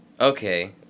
Okay